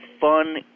fun